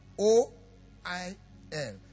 O-I-L